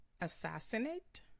Assassinate